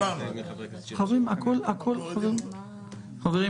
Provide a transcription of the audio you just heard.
המשנה למנכ"ל המשרד לשוויון חברתי,